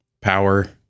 power